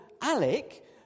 Alec